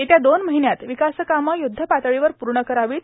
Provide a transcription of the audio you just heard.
येत्या दोन महिन्यात विकासकामं य्रद्धपातळीवर पूर्ण करावीत